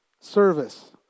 service